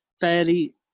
fairly